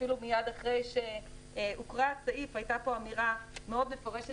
אפילו מייד אחרי שהוקרא הסעיף היתה פה אמירה מאוד מפורשת